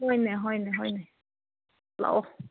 ꯍꯣꯏꯅꯦ ꯍꯣꯏꯅꯦ ꯍꯣꯏꯅꯦ ꯂꯥꯛꯑꯣ